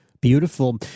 Beautiful